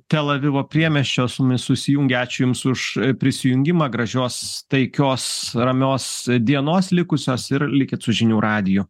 tel avivo priemiesčio su mumis susijungė ačiū jums už prisijungimą gražios taikios ramios dienos likusios ir likit su žinių radiju